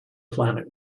planet